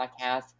podcast